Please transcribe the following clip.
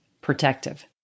protective